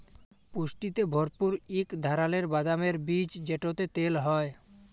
পুষ্টিতে ভরপুর ইক ধারালের বাদামের বীজ যেটতে তেল হ্যয়